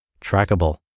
trackable